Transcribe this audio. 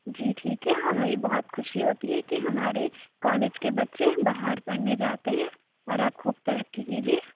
جی ٹھیک ہے ہمیں بھی بہت خوشی ہوتی ہے کہ ہمارے کالج کے بچے باہر پڑھنے جاتے ہیں اور آپ خوب ترقی کیجیے